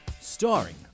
Starring